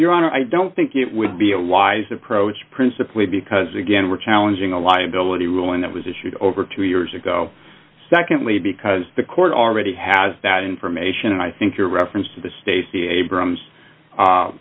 your honor i don't think it would be a wise approach principally because again we're challenging a liability ruling that was issued over two years ago secondly because the court already has that information and i think your reference to the stacy abrams